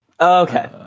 Okay